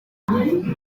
hey